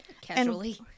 Casually